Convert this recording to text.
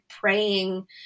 praying